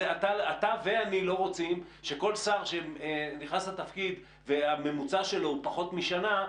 אתה ואני לא רוצים שכל שר שנכנס לתפקיד והממוצע שלו הוא פחות משנה,